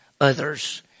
others